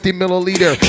milliliter